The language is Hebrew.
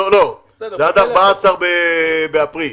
זה עד ה-14 באפריל.